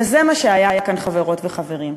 וזה מה שהיה כאן, חברות וחברים.